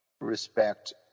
respect